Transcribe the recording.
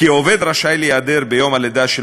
כי עובד רשאי להיעדר ביום הלידה של